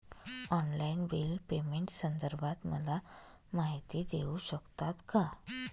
Online bill पेमेंटसंदर्भात मला माहिती देऊ शकतात का?